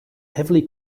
heavily